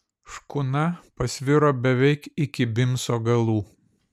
škuna pasviro beveik iki bimso galų